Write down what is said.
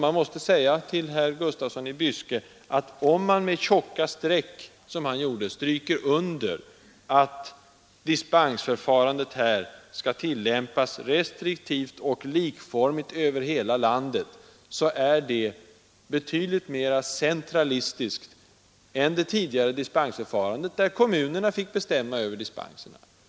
Jag vill säga till herr Gustafsson i Byske att om man med tjocka streck, som han gjorde, stryker under att dispensförfarandet skall tillämpas restriktivt och likformigt över hela landet, är det betydligt mer centralistiskt än det tidigare dispensförfarandet, där kommunerna fick bestämma över dispenserna.